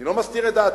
אני לא מסתיר את דעתי,